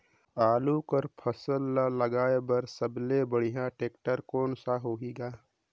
आलू कर फसल ल लगाय बर सबले बढ़िया टेक्टर कोन सा होही ग?